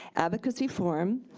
advocacy forum,